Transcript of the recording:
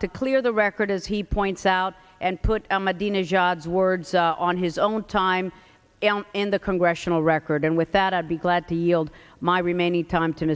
to clear the record as he points out and put a medina jobs words on his own time in the congressional record and with that i'll be glad to yield my remaining time t